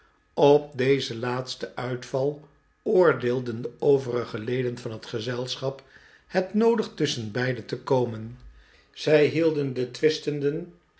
op dezen laatsten uitval oordeelden de overige leden van het gezelschap het noodig tusschenbeide te komen zij hielden den twistenden